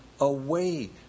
away